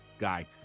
guy